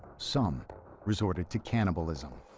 some resorted to cannibalism.